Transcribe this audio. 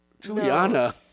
Juliana